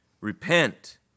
Repent